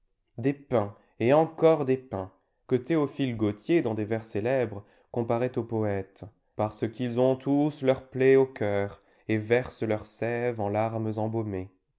des pins et encore des pins que théophile gautier dans des vers célèbres comparait aux poètes parce qu'ils ont tous leur plaie au cœur et versent leur sève en larmes embaumées